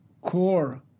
core